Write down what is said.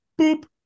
boop